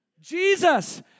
Jesus